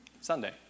Sunday